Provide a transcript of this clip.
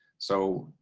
so,